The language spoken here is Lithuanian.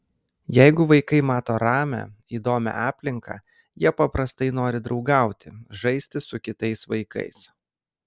jeigu vaikai mato ramią įdomią aplinką jie paprastai nori draugauti žaisti su kitais vaikais